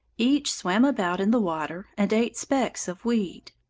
each swam about in the water and ate specks of weed.